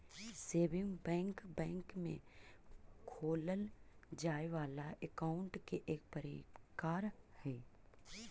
saving bank bank में खोलल जाए वाला अकाउंट के एक प्रकार हइ